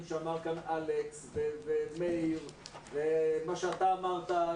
שאמרו כאן אלכס ומאיר ומה שאתה אמרת,